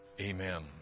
Amen